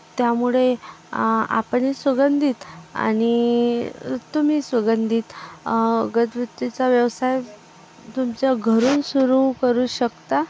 त्यामुळे आ आपण सुगंधित आणि तुम्ही सुगंधित अगरबत्तीचा व्यवसाय तुमच्या घरून सुरु करू शकता